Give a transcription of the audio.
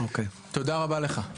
תודה רבה לך.